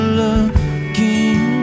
looking